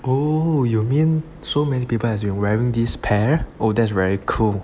oh you mean so many people have been wearing this pair oh that's very cool